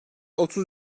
otuz